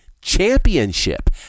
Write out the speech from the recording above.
championship